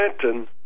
Clinton